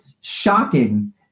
shocking